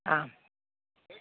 ആ